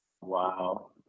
Wow